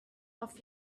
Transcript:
off